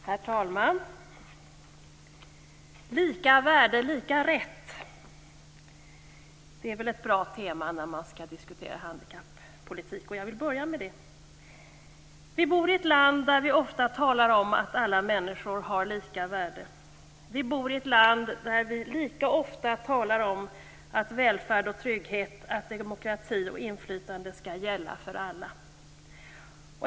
Herr talman! Lika värde - lika rätt är väl ett bra tema när man skall diskutera handikappolitik. Jag vill börja med det temat. "Vi bor i ett land där vi ofta talar om att alla människor har lika värde. Vi bor i ett land där vi lika ofta talar om att välfärd och trygghet, att demokrati och inflytande skall gälla för alla.